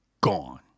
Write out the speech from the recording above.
gone